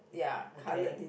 okay